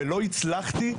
ולא הצלחתי,